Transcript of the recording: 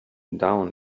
down